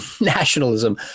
nationalism